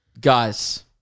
Guys